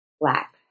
black